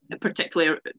particularly